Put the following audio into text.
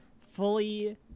fully